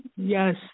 Yes